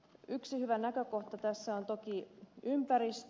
yksi hyvä näkökohta tässä on toki ympäristö